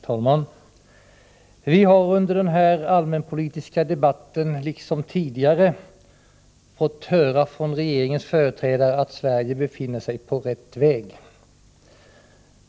Herr talman! Vi har under den här allmänpolitiska debatten liksom tidigare fått höra från regeringens företrädare att Sverige befinner sig på rätt väg.